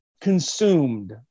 consumed